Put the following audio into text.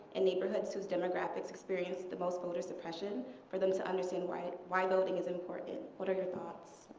in neighborhoods whose demographics experienced the most voter suppression for them to understand why why voting is important. what are your thoughts?